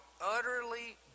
utterly